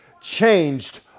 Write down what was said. changed